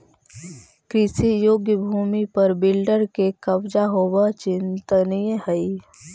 कृषियोग्य भूमि पर बिल्डर के कब्जा होवऽ चिंतनीय हई